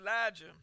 Elijah